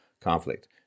conflict